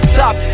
top